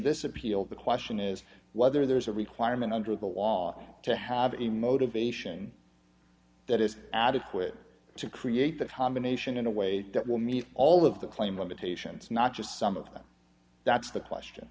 this appeal the question is whether there is a requirement under the law to have any motivation that is adequate to create that homma nation in a way that will meet all of the claim limitations not just some of them that's the question